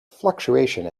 fluctuation